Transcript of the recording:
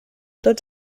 tots